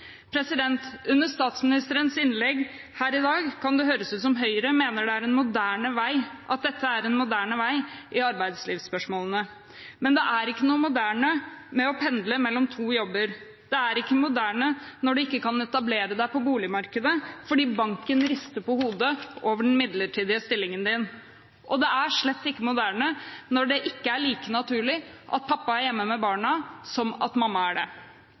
Under statsministerens innlegg her i dag kunne det høres ut som Høyre mener at dette er en moderne vei i arbeidslivsspørsmålene. Men det er ikke noe moderne med å pendle mellom to jobber, det er ikke moderne når man ikke kan etablere seg på boligmarkedet fordi banken rister på hodet over den midlertidige stillingen din. Og det er slett ikke moderne når det ikke er like naturlig at pappa er hjemme med barna som at mamma er det.